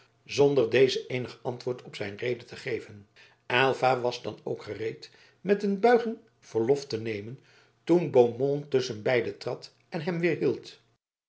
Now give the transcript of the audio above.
zonder dezen eenig antwoord op zijn rede te geven aylva was dan ook gereed met een buiging verlof te nemen toen beaumont tusschen beiden trad en hem